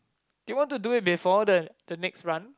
do you want to do it before the the next run